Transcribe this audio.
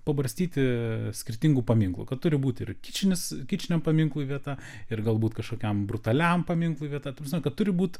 pabarstyti skirtingų paminklų kad turi būti ir kičinis kičiniam paminklui vieta ir galbūt kažkokiam brutaliam paminklui vieta ta prasme kad turi būt